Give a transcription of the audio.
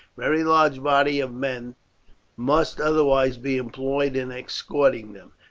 very large bodies of men must otherwise be employed in escorting them.